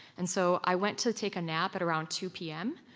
and so i went to take a nap at around two p m.